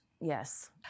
yes